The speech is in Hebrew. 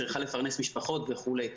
צריכה לפרנס משפחות וכו'.